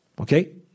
Okay